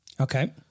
Okay